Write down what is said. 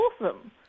awesome